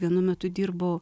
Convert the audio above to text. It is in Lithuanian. vienu metu dirbau